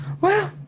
Wow